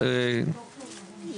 דוקטור ירון דקל.